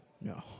No